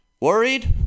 worried